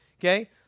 Okay